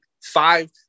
Five